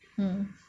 hmm